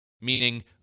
meaning